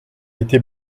été